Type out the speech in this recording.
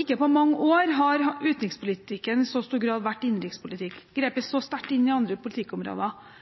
Ikke på mange år har utenrikspolitikken i så stor grad vært innenrikspolitikk og grepet så sterkt inn i andre politikkområder.